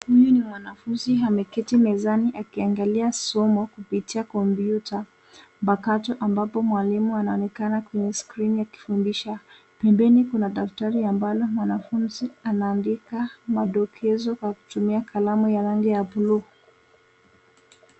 Huyu ni mwanafunzi ameketi mezani akiangalia somo kupitia kompyuta mpakato ambapo mwalimu anaonekana kwenye skrini akifundisha. Pembeni kuna daftari ambalo mwanafunzi anaandika madokezo kwa kutumia kalamu ya rangi ya buluu.